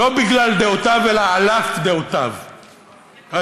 לא בגלל דעותיו אלא על אף דעותיו הז'בוטינסקאיות,